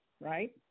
right